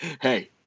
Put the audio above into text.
hey